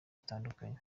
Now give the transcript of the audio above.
zitandukanye